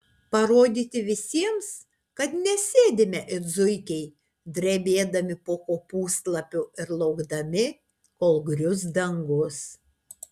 parodyti visiems kad nesėdime it zuikiai drebėdami po kopūstlapiu ir laukdami kol grius dangus